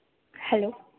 hello